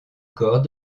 corps